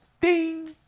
ding